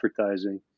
advertising